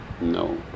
no